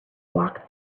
walk